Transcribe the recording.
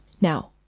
Now